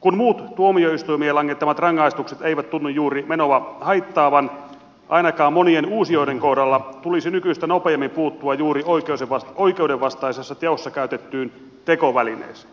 kun muut tuomioistuimien langettamat rangaistukset eivät tunnu juuri menoa haittaavan ainakaan monien uusijoiden kohdalla tulisi nykyistä nopeammin puuttua juuri oikeudenvastaisessa teossa käytettyyn tekovälineeseen